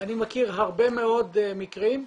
אני מכיר הרבה מאוד מקרים,